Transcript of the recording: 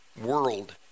world